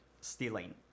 stealing